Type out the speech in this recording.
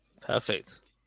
Perfect